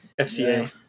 FCA